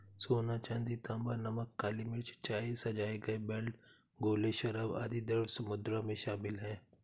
सोना, चांदी, तांबा, नमक, काली मिर्च, चाय, सजाए गए बेल्ट, गोले, शराब, आदि द्रव्य मुद्रा में शामिल हैं